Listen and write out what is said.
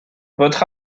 votre